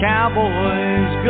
Cowboys